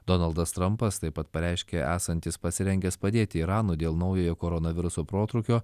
donaldas trampas taip pat pareiškė esantis pasirengęs padėti iranui dėl naujojo koronaviruso protrūkio